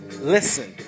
listen